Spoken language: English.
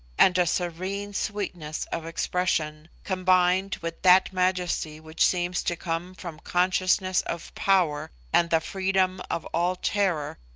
and a serene sweetness of expression, combined with that majesty which seems to come from consciousness of power and the freedom of all terror,